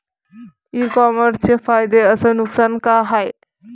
इ कामर्सचे फायदे अस नुकसान का हाये